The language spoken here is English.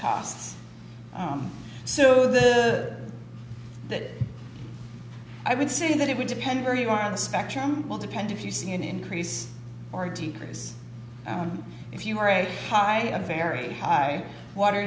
costs so the that i would say that it would depend where you are on the spectrum will depend if you see an increase or decrease if you are a high a very high water